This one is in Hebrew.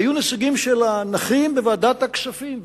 היו נציגים של הנכים בוועדת הכספים,